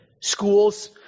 schools